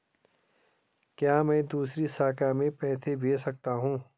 क्या मैं दूसरी शाखा में पैसे भेज सकता हूँ?